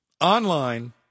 online